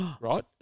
Right